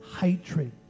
hatred